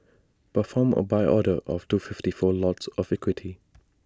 perform A buy order of two fifty four lots of equity